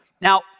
Now